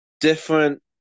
different